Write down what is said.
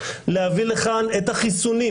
להביא לכאן את החיסונים,